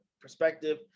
perspective